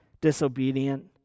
disobedient